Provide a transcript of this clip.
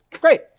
Great